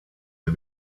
are